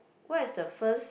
what is the first